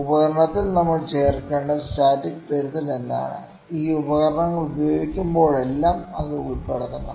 ഉപകരണത്തിൽ നമ്മൾ ചേർക്കേണ്ട സ്റ്റാറ്റിക് തിരുത്തൽ എന്താണ് ഈ ഉപകരണം ഉപയോഗിക്കുമ്പോഴെല്ലാം അത് ഉൾപ്പെടുത്തണം